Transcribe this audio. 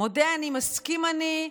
מודה אני, מסכים אני.